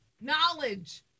knowledge